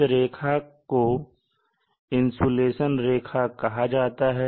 इस रेखा को इंसुलेशन रेखा कहा जाता है